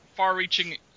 far-reaching